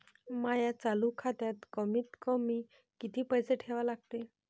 माया चालू खात्यात कमीत कमी किती पैसे ठेवा लागते?